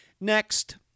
Next